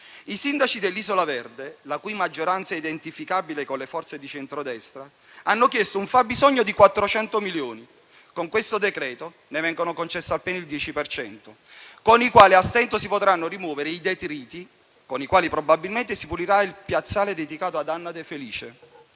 I sindaci dell'isola verde - la cui maggioranza è identificabile con le forze di centrodestra - hanno chiesto un fabbisogno di 400 milioni. Con questo decreto-legge ne viene concesso appena il 10 per cento, con il quale a stento si potranno rimuovere i detriti e, probabilmente, si pulirà il piazzale dedicato ad Anna De Felice,